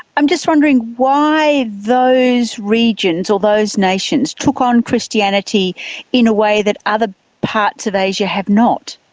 i'm just wondering why those regions or those nations took on christianity in a way that other parts of asia have not.